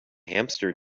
hamster